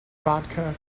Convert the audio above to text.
vodka